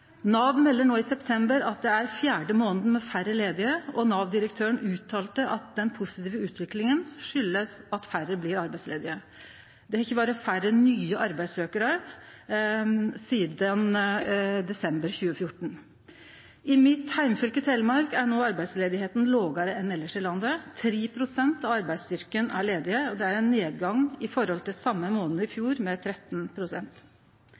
Nav melder no i september at det er den fjerde månaden med færre ledige, og Nav-direktøren uttala at den positive utviklinga er fordi færre blir arbeidsledige – det har ikkje vore færre nye arbeidssøkjarar sidan desember 2014. I mitt heimfylke, Telemark, er no arbeidsløysa lågare enn elles i landet. 3 pst. av arbeidsstyrken er ledige, og det er ein nedgang i forhold til same månaden i